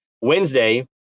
Wednesday